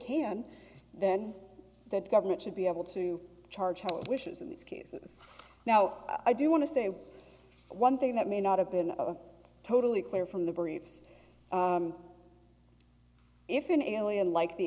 can then that government should be able to charge wishes in these cases now i do want to say one thing that may not have been totally clear from the briefs if an alien like the